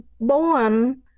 born